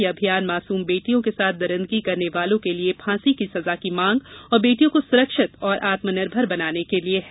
यह अभियान मासूम बेटियों के साथ दरिंदगी करने वालों के लिये फांसी की सजा की मांग और बेटियों को सुरक्षित और आत्मनिर्भर बनाने के लिये है